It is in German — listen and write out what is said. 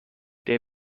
der